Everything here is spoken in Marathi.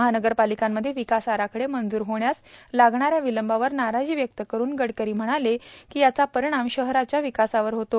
महानगरपालिकांमध्ये विकास आराखडे मंजूर होण्यास लागणाऱ्या विलंबावर नाराजी व्यक्त करुन गडकरी म्हणाले की याचा परिणाम शहराच्या विकासावर होतो